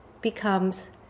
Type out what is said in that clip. becomes